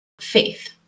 Faith